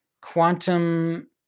quantum